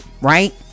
right